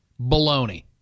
Baloney